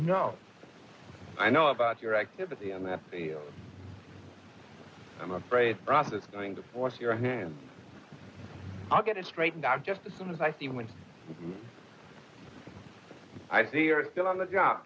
know i know about your activity in that field i'm afraid process is going to force your hand i'll get it straightened out just as soon as i see when i think we're still on the job